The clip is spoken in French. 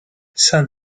saint